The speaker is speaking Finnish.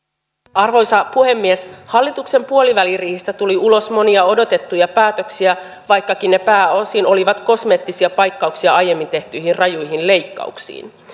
arvoisa puhemies hallituksen puoliväliriihestä tuli ulos monia odotettuja päätöksiä vaikkakin ne pääosin olivat kosmeettisia paikkauksia aiemmin tehtyihin rajuihin leikkauksiin